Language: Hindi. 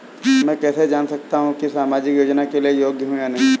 मैं कैसे जान सकता हूँ कि मैं सामाजिक योजना के लिए योग्य हूँ या नहीं?